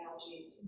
algae